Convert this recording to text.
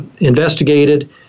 investigated